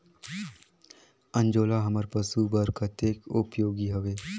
अंजोला हमर पशु बर कतेक उपयोगी हवे?